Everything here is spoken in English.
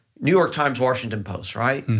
new york times, washington post, right?